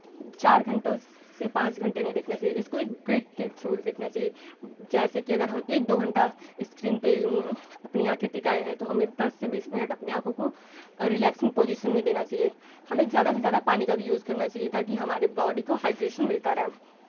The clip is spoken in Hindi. चार घंटों से पाँच घंटे नहीं देखना चाहिए इसको एक ब्रेक के थ्रू देखना चाहिए जैसे कि अगर हम एक दो घंटा स्क्रीन पे अपनी आँखें टिकाए हैं तो हमें दस से बीस मिनट अपनी आँखों को रिलैक्सिंग पोजीशन में देना चाहिए हमें ज़्यादा से ज़्यादा पानी का भी यूज़ करना चाहिए ताकि हमारे बॉडी को हाइड्रेशन मिलता रहे